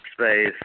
space